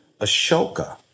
Ashoka